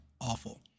awful